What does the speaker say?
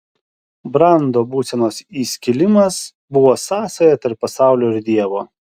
brando būsenos įskilimas buvo sąsaja tarp pasaulio ir dievo